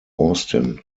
austin